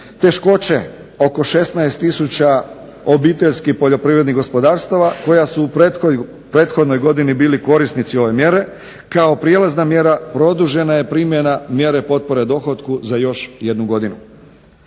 teškoće oko 16 tisuća OPG-a koja su u prethodnoj godini bili korisnici ove mjere, kao prijelazna mjera produžena je primjena mjere potpore dohotku za još jednu godinu.